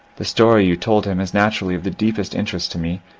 the story you told him is naturally of the deepest interest to me,